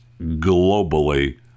globally